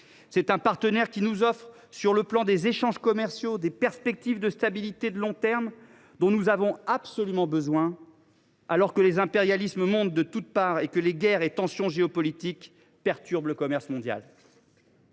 C’est un partenaire qui, sur le plan des échanges commerciaux, nous offre des perspectives de stabilité de long terme dont nous avons absolument besoin, alors que les impérialismes montent de toutes parts et que les guerres et les tensions géopolitiques perturbent le commerce mondial.